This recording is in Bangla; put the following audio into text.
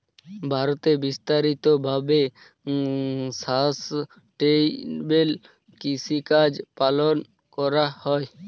ভারতে বিস্তারিত ভাবে সাসটেইনেবল কৃষিকাজ পালন করা হয়